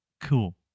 Cool